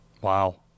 Wow